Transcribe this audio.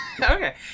Okay